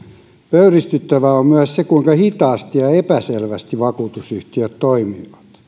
pöyristyttävää on myös se kuinka hitaasti ja epäselvästi vakuutusyhtiöt toimivat